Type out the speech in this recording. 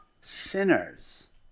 sinners